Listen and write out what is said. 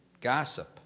gossip